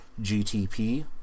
GTP